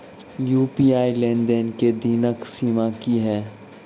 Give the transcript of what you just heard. UPI लेनदेन केँ दैनिक सीमा की है?